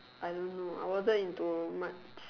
I don't know I wasn't into much